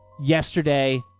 yesterday